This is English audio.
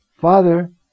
Father